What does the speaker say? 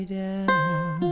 down